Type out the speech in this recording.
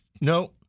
No